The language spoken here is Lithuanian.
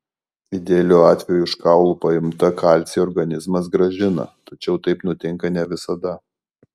idealiu atveju iš kaulų paimtą kalcį organizmas grąžina tačiau taip nutinka ne visada